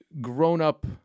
grown-up